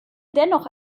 dennoch